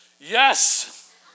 Yes